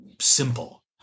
simple